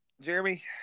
Jeremy